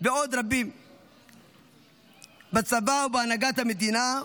ועוד רבים בצבא ובהנהגת המדינה.